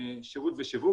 שירות ושיווק,